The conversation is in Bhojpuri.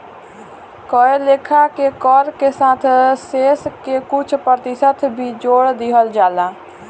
कए लेखा के कर के साथ शेष के कुछ प्रतिशत भी जोर दिहल जाला